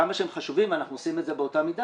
כמה שהם חשובים ואנחנו עושים את זה באותה מידה,